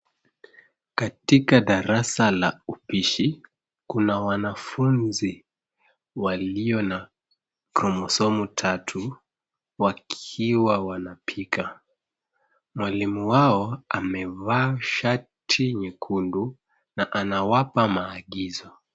Katika darasa la upishi, kuna wanafunzi walio na kromosomu tatu wakiwa wanapika. Mwalimu wao amevaa shati nyekundu na anawapa maagizo.